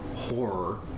horror